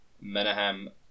Menahem